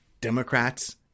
democrats